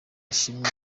ishimwe